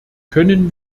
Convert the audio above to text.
können